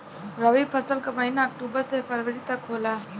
रवी फसल क महिना अक्टूबर से फरवरी तक होला